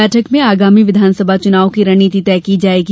बैठक में आगामी विधानसभा चूनाव की रणनीति तय की जायेगी